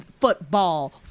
football